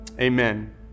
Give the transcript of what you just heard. Amen